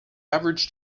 average